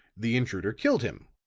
the intruder killed him.